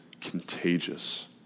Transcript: contagious